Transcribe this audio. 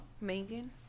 Megan